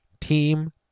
team